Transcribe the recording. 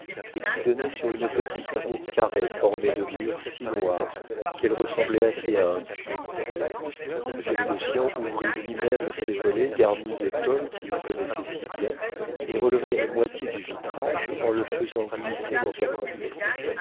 et qui donnait sur une petite cour carrée formée de murs si noirs qu'elle ressemblait assez à un puits le vieux négociant ouvrit lui-même ces volets garnis de tôle qu'il connaissait si bien et releva une moitié du vitrage en le faisant glisser dans sa coulisse